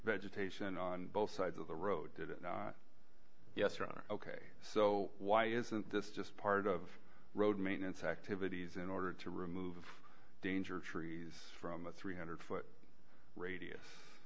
vegetation on both sides of the road didn't yes ron ok so why isn't this just part of road maintenance activities in order to remove danger trees from the three hundred foot radius